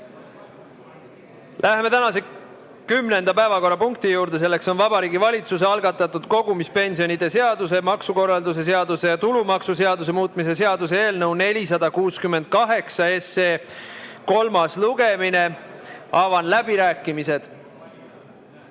Läheme tänase kümnenda päevakorrapunkti juurde, milleks on Vabariigi Valitsuse algatatud kogumispensionide seaduse, maksukorralduse seaduse ja tulumaksuseaduse muutmise seaduse eelnõu 468 kolmas lugemine. Avan läbirääkimised.